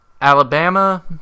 Alabama